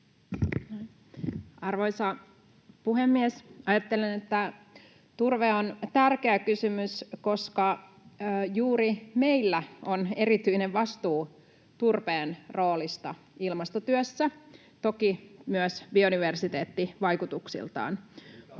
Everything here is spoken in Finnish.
Arvoisa puhemies! Ajattelen, että turve on tärkeä kysymys, koska juuri meillä on erityinen vastuu turpeen roolista ilmastotyössä, toki myös biodiversiteettivaikutuksista.